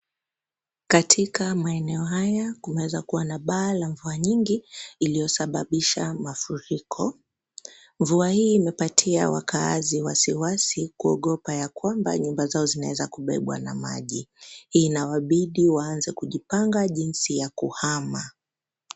Katika maeneo haya , kunaeza kuwa na baa la mvua nyingi iliyosababisha mafuriko. Mvua hii imepatia wakaazi wasiwasi kuogopa ya kwamba nyumba zao zinaeza kubebwa na maji . Hii inawabidi waanze kujipanga jinsi ya kuhama.